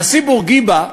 הנשיא בורגיבה,